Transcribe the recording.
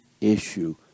issue